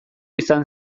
izan